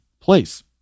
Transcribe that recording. place